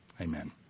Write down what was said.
Amen